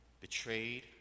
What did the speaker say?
betrayed